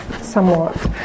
somewhat